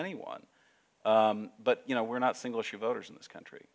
anyone but you know we're not single issue voters in this country